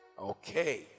Okay